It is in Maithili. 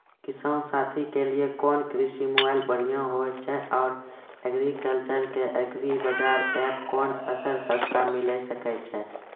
किसान साथी के लिए कोन कृषि मोबाइल बढ़िया होय छै आर एग्रीकल्चर के एग्रीबाजार एप कोन फसल सस्ता मिलैल सकै छै?